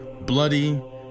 bloody